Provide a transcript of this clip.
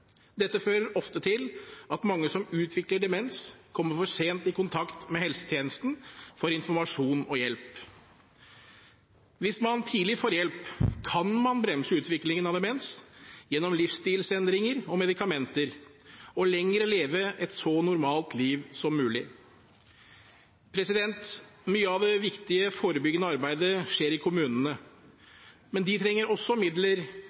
Dette fører ofte til at mange som utvikler demens, kommer for sent i kontakt med helsetjenesten for å få informasjon og hjelp. Hvis man tidlig får hjelp, kan man bremse utviklingen av demens gjennom livsstilsendringer og medikamenter og lenger leve et så normalt liv som mulig. Mye av det viktige forebyggende arbeidet skjer i kommunene. Men de trenger også midler